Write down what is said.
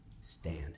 stand